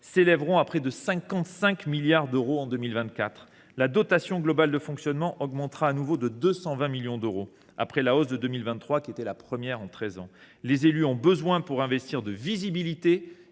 s’élèveront à près de 55 milliards d’euros en 2024. La dotation globale de fonctionnement (DGF) augmentera de nouveau de 220 millions d’euros, après la hausse de 2023 qui était la première en treize ans. Pour investir, les élus ont besoin de visibilité